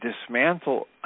dismantle